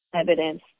evidence